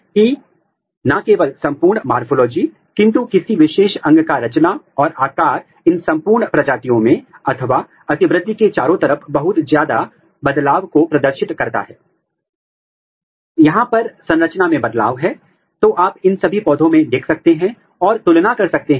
और इस प्रोब के संश्लेषण में आप या तो कोई भी एक NTP लेबल्ड आइसोटोप अथवा आप कुछ रासायनिक रूप से संश्लेषित NTP का उपयोग कर सकते हैं